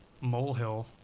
molehill